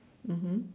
mmhmm